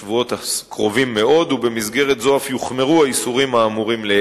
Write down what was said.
סיווג אזורים ומשך זמן הרעש ולפי חלוקה ליום ולילה.